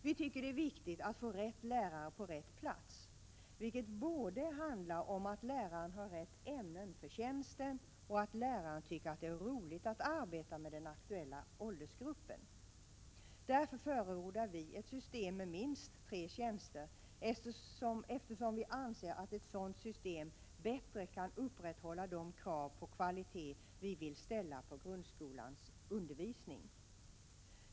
Vi tycker att det är viktigt att få rätt lärare på rätt plats, vilket både handlar om att läraren har rätta ämnen för tjänsten och att läraren tycker att det är roligt att arbeta med den aktuella åldersgruppen. Vi förordar ett system med minst tre tjänster, eftersom vi anser att ett sådant system bättre kan upprätthålla de krav på kvalitet vi vill ställa på grundskolans undervisning.